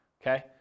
okay